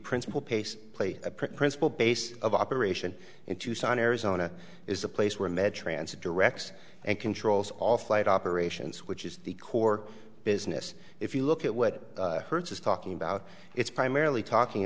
principal pace play a principal base of operation in tucson arizona is a place where med transit directs and controls all flight operations which is the core business if you look at what hertz is talking about it's primarily talking